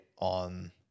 on